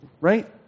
right